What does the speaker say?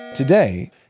Today